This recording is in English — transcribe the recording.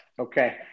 Okay